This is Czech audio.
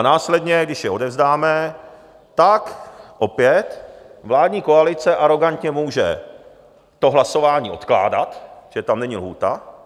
Následně, když je odevzdáme, tak opět vládní koalice arogantně může to hlasování odkládat, že tam není lhůta.